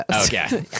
Okay